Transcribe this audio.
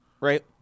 right